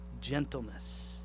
gentleness